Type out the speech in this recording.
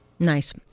Nice